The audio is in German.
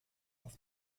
auf